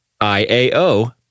I-A-O